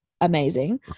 amazing